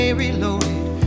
reloaded